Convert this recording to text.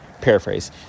paraphrase